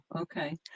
okay